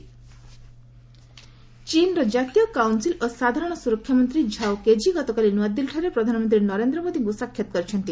PM ଚୀନ୍ ଚୀନ୍ର ଜାତୀୟ କାଉନ୍ସିଲ୍ ଓ ସାଧାରଣ ସୁରକ୍ଷାମନ୍ତ୍ରୀ ଝାଓ କେଝି ଗତକାଲି ନ୍ତଆଦିଲ୍ଲୀଠାରେ ପ୍ରଧାନମନ୍ତ୍ରୀ ନରେନ୍ଦ୍ର ମୋଦିଙ୍କୁ ସାକ୍ଷାତ କରିଛନ୍ତି